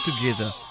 together